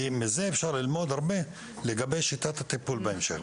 כי מזה אפשר ללמוד הרבה לגבי שיטת הטיפול בהמשך.